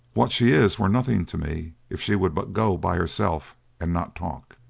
what she is were nothing to me if she would but go by herself and not talk.